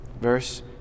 Verse